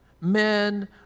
men